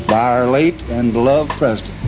our late and beloved president